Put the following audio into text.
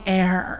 air